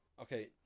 Okay